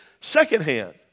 secondhand